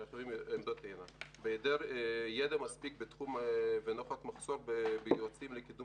בהיעדר ידע מספיק בתחום ונוכח מחסור ביועצים לקידום